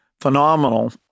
phenomenal